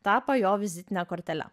tapo jo vizitine kortele